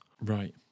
Right